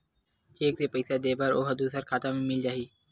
Cheque से पईसा दे बर ओहा दुसर खाता म मिल जाही?